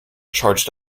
charged